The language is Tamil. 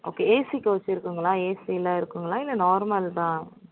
ஓகே ஏசி கோச் இருக்குங்களா ஏசிலாம் இருக்குங்களா இல்லை நார்மல்தான்